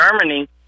Germany